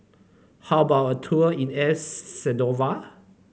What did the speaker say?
how about a tour in El Salvador